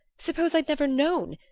suppose i'd never known!